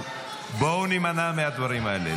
אבל בואו נימנע מהדברים האלה,